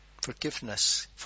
Forgiveness